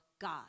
God